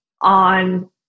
on